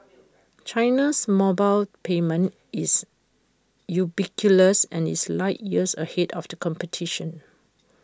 China's mobile payment is and is light years ahead of the competition